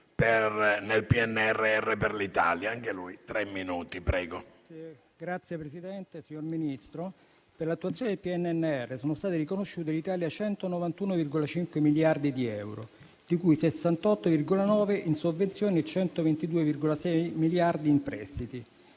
Signor Presidente, signor Ministro, per l'attuazione del PNNR sono stati riconosciuti all'Italia 191,5 miliardi di euro, di cui 68,9 miliardi in sovvenzioni e 122,6 miliardi in prestiti,